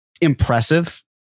impressive